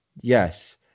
Yes